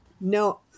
No